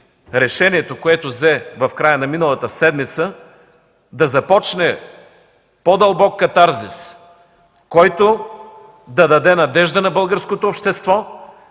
решението, което взе в края на миналата седмица, да започне по-дълбок катарзис, който да даде надежда на българското общество,